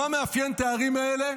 מה מאפיין את הערים האלה?